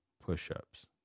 push-ups